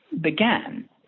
began